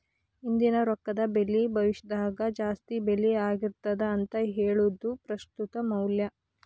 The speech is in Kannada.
ಇಂದಿನ ರೊಕ್ಕದ ಬೆಲಿ ಭವಿಷ್ಯದಾಗ ಜಾಸ್ತಿ ಬೆಲಿ ಆಗಿರ್ತದ ಅಂತ ಹೇಳುದ ಪ್ರಸ್ತುತ ಮೌಲ್ಯ